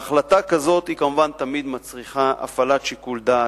החלטה כזאת כמובן תמיד מצריכה הפעלת שיקול-דעת,